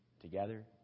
Together